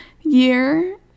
year